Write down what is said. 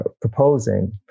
proposing